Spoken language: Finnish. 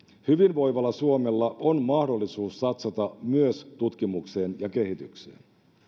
hyvinvoivalla suomella on mahdollisuus satsata myös tutkimukseen ja kehitykseen